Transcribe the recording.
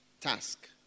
task